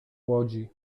łodzi